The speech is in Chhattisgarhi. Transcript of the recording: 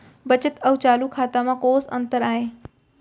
बचत अऊ चालू खाता में कोस अंतर आय?